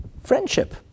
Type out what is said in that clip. friendship